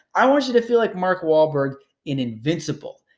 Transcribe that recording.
i want you to feel like mark wahlberg in invincible.